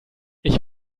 ich